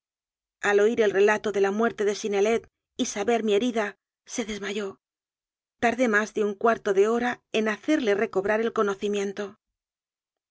al oír el relato de la muerte de synnelet y saber mi herida se desmayó tardé más de un cuarto de hora en hacerle recobrar el conocimiento